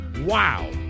wow